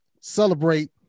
celebrate